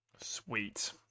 Sweet